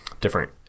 different